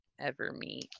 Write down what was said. Evermeet